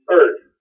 earth